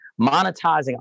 monetizing